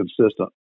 consistent